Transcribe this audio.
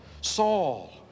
Saul